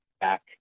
back